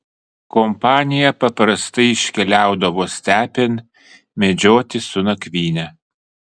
kompanija paprastai iškeliaudavo stepėn medžioti su nakvyne